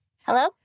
Hello